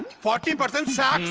forty but and